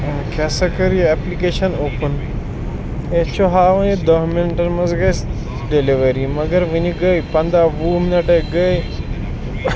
کیٛاہ سا کٔر یہِ اٮ۪پلِکیشَن اوٚپُن أسۍ چھِ ہاوٕنۍ یہِ دٔہ مِنٹَن منٛز گژھِ ڈیٚلِؤری مگر وٕنہِ گٔے پَنٛداہ وُہ مِنَٹٕے گٔے